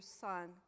Son